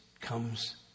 comes